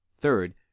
Third